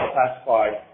classified